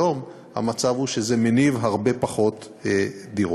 היום המצב הוא שזה מניב הרבה פחות דירות.